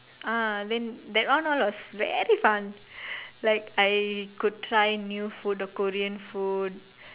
ah then that one all was very fun like I could try new food the Korean food